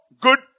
good